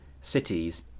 cities